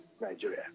Nigeria